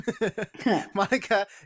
Monica